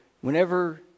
whenever